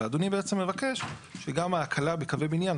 ואדוני בעצם מבקש שגם ההקלה בקווי בניין,